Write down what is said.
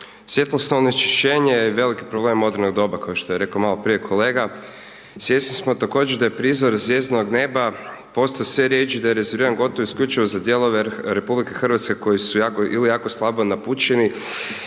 svjetlosno onečišćenje je veliki problem modernog doba, kao što je rekao maloprije kolega. Svjesni smo također da je prizor zvjezdanog neba postao sve rjeđi, da je rezerviran gotovo isključivo za dijelove RH koji su ili jako slabo napućeni